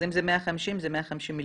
אז אם זה 150 זה 150 מיליון.